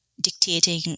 dictating